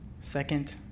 Second